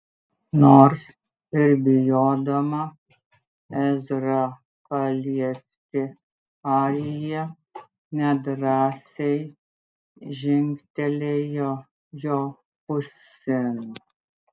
nors ir bijodama ezrą paliesti arija nedrąsiai žingtelėjo jo pusėn